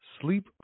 sleep